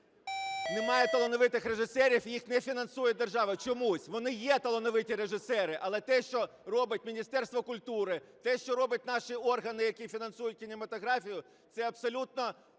немає талановитих режисерів і їх не фінансує держава чомусь. Вони є талановиті режисери, але те, що робить Міністерство культури, те, що роблять наші органи, які фінансують кінематографію, це абсолютно